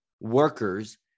workers